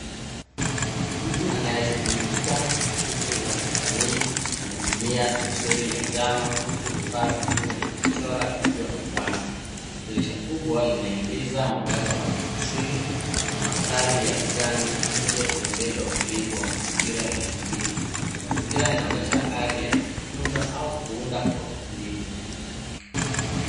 Mtu anayeshughulika na shughuli za kisanii anatumia penseli ya njano huku vifaa vingine vya kuchora vikiwa mezani. Dirisha kubwa linaingiza mwangaza wa asili na mandhari ya kijani nje huongeza utulivu wa mazingira ya ubunifu. Mazingira yanaonyesha ari ya kujifunza au kuunda kwa utulivu.